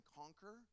conquer